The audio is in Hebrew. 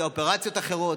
כי האופרציות אחרות,